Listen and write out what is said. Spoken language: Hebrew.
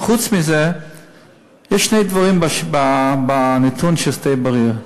חוץ מזה יש שני דברים בנתון של שדה-בריר,